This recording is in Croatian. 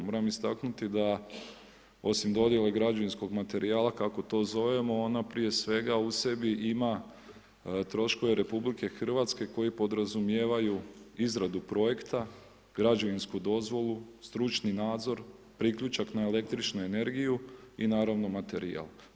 Moram istaknuti da osim dodjele građevinskog materija, kako to zovemo, ona prije svega u sebi ima, troškove RH, koji podrazumijevaju izradu projekta, građevinsku dozvolu, stručni nadzor, priključak na el. energiju i naravno materijal.